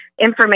information